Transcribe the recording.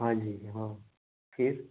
हाँ जी हाँ फिर